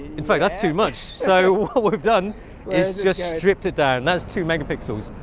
in fact that's too much so what we've done is just stripped it down that's two megapixels.